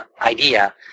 idea